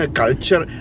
culture